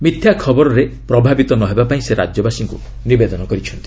ମିଥ୍ୟା ଖବରରେ ପ୍ରଭାବିତ ନହେବାକୁ ସେ ରାଜ୍ୟବାସୀଙ୍କୁ ନିବେଦନ କରିଛନ୍ତି